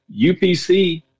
UPC